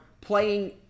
playing